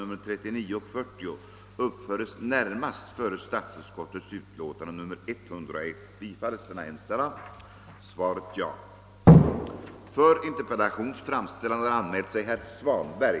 Såsom tidigare meddelats torde det bli ofrånkomligt att anordna kvällsplena både torsdagen den 16 maj och fredagen den 17 maj.